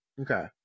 Okay